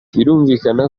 birumvikana